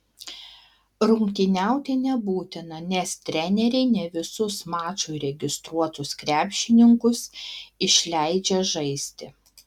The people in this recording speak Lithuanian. rungtyniauti nebūtina nes treneriai ne visus mačui registruotus krepšininkus išleidžia žaisti